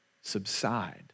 subside